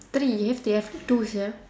three I have to have two sia